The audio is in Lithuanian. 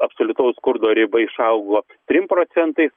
absoliutaus skurdo riba išaugo tris procentais